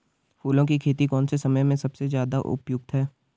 फूलों की खेती कौन से समय में सबसे ज़्यादा उपयुक्त है?